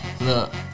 look